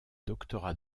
doctorat